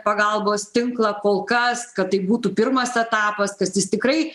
pagalbos tinklą kol kas kad tai būtų pirmas etapas jis tikrai